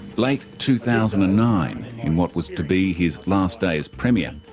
late two thousand and nine, in what was to be his last day as premier,